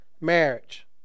marriage